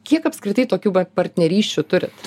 kiek apskritai tokių partnerysčių turit